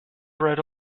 bread